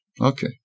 Okay